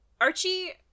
Archie